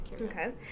okay